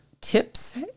tips